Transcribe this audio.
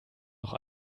noch